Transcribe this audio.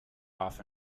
off